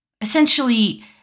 Essentially